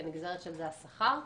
וכנגזרת של זה השכר,